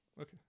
Okay